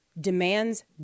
demands